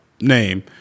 name